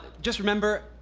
just remember.